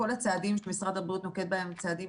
כל הצעדים שמשרד הבריאות נוקט בהם הם צעדים,